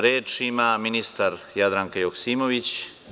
Reč ima ministar Jadranka Joksimović.